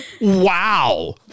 Wow